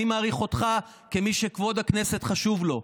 אני מעריך אותך כמי שכבוד הכנסת חשוב לו.